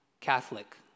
Catholic